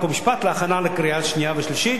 חוק ומשפט להכנה לקריאה שנייה ושלישית,